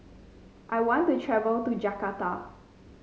I want to travel to Jakarta